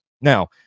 now